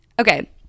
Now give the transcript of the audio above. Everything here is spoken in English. Okay